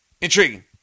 Intriguing